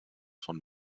von